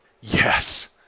yes